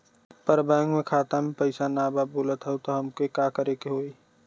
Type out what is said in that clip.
पर बैंक मे खाता मे पयीसा ना बा बोलत हउँव तब हमके का करे के होहीं?